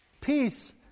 peace